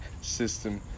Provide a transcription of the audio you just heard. system